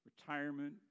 retirement